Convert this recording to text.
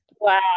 Wow